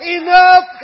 enough